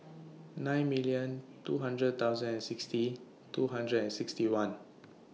nine million two hundred thousand and sixty two hundred and sixty one